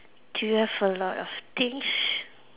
do you have a lot of things